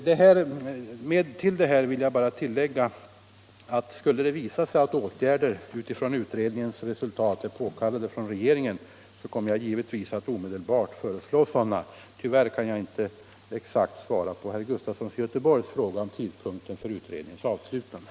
Jag vill bara tillägga att om utredningsresultatet skulle visa att åtgärder från regeringens sida är påkallade kommer jag givetvis omedelbart att föreslå sådana. Tyvärr kan jag inte ge något exakt svar på herr Sven Gustafsons i Göteborg fråga om tidpunkten för utredningens avslutande.